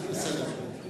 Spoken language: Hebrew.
בסדר.